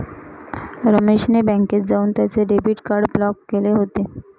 रमेश ने बँकेत जाऊन त्याचे डेबिट कार्ड ब्लॉक केले होते